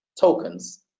tokens